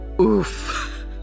Oof